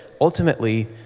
ultimately